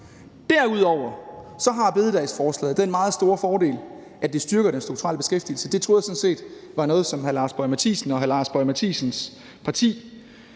Derudover har bededagsforslaget den meget store fordel, at det styrker den strukturelle beskæftigelse, og det troede jeg sådan set også var noget, som hr. Lars Boje Mathiesen og hans parti